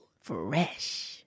Fresh